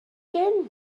gen